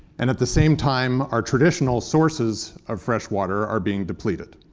and at the same time, our traditional sources of fresh water are being depleted.